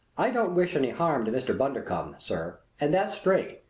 i don't wish any harm to mr. bundercombe, sir and that's straight!